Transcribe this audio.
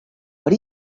what